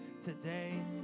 today